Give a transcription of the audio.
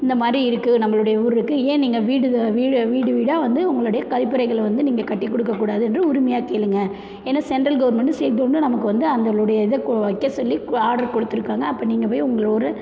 இந்த மாதிரி இருக்குது நம்மளுடைய ஊருக்கு ஏன் நீங்கள் வீடு வீடு வீடு வீடாக வந்து உங்களுடைய கழிப்பறைகள வந்து நீங்கள் கட்டிக்கொடுக்கக்கூடாது என்று உரிமையாக கேளுங்கள் ஏன்னா சென்ட்ரல் கவர்மெண்டும் ஸ்டேட் கவர்மெண்டும் நமக்கு வந்து அந்தலுடைய இதை கொ வைக்க சொல்லி கொ ஆர்டர் கொடுத்துருக்காங்க அப்போ நீங்கள் போய் உங்கள் ஊர்